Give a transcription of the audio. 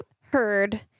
heard